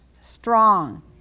strong